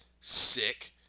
sick